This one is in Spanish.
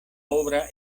obra